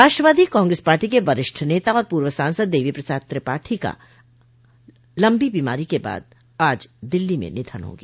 राष्ट्रवादी Congress party के वरिष्ठ नेता और पूर्व सांसद देवी प्रसाद त्रिपाठी का लम्बी बीमारी के बाद आज दिल्ली में निधन हो गया